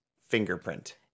fingerprint